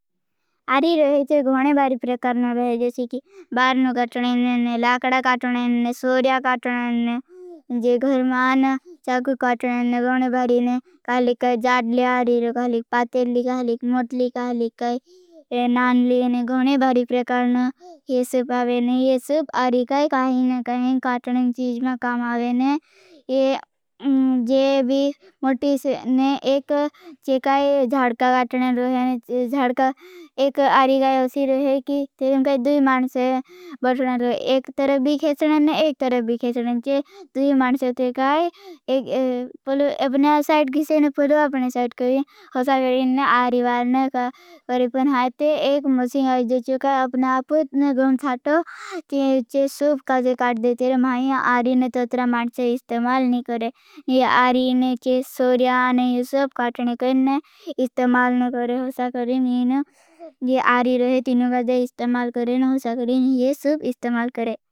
आरी रोही तो गोने बारी प्रकारना बाये। जोसी की बार नो गटने ने। लाकड़ा गटने ने, सोर्या गटने ने। जे घर मान चाकु गटने ने, गोने बारी ने। कहली काई जाडली, कहली काई पातली, कहली काई मोटली, कहली काई नानली ने। गोने बारी प्रकारना ये सुप आवेने। ये सुप आरी काई कहली ने। कहली काई काटने चीज में काम आवेने। जे भी मोटली से ने एक चेकाई जाडका काटने रोहे। जाडका एक आरी काई योसी रोहे। कि तेरें काई दूई मानसे बतने रोहे। एक तरबी खेशने ने, एक तरबी खेशने चीज। दूई मानसे ते काई एक पलू अपने साइट किसे ने। पलू अपने साइट करें, होसा करें। ने आरी बारने करें। पुन हाई ते एक मुझी जोची काई अपने अपने गोन छाटो। ते इचे सुप काजे काट। देते रहे, महाई आरी ने तत्रा माणसे इस्तमाल ने करें। ये आरी ने चे सोर्या ने ये सुप काटने करें ने। इस्तमाल नो करें होसा करें। ये आरी रोहे तीनो काजे इस्तमाल करें होसा करें। ये सुप इस्तमाल करें।